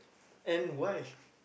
and why